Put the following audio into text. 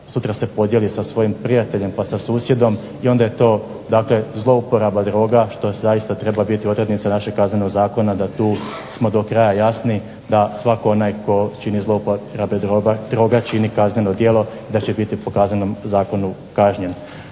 sutra se podijeli sa svojim prijateljem, pa sa susjedom, onda je to zlouporaba droga što zaista treba biti odrednica našeg Kaznenog zakona da tu smo do kraja jasni da svatko onaj tko čini zlouporabe droga čini kazneno djelo da će biti po kaznenom zakonu kažnjen.